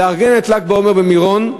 לארגן את ל"ג בעומר במירון.